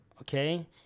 okay